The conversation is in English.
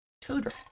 tutor